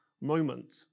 moment